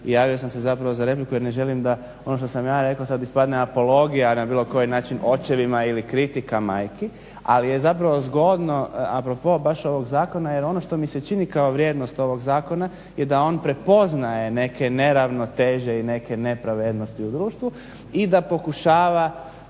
i javio sam se za repliku jer ne želim da ono što sam ja rekao da ispadne apologija na bilo koji način očevima ili kritika majki, ali je zapravo zgodno a propos baš ovog zakona jer ono što mi se čini kao vrijednost ovog zakona je da on prepoznaje neke neravnoteže i neke nepravednosti u društvu i da pokušava